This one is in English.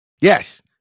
Yes